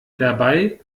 dabei